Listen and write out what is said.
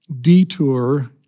detour